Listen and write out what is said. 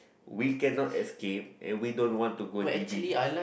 we cannot escape and we don't want to go d_b